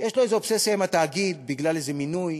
יש לו איזו אובססיה עם התאגיד בגלל איזה מינוי,